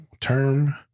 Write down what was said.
term